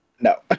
no